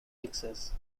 texas